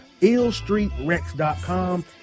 illstreetrex.com